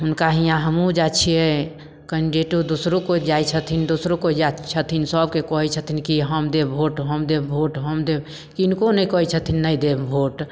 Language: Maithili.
हुनका हियाँ हमहुँ जाइ छियै कैण्डिडेटो दोसरो कोइ जाइ छथिन दोसरो कोइ जाइ छथिन सभके कहय छथिन कि हम देब वोट हम देब वोट हम देब किनको नहि कहय छथिन नहि देब वोट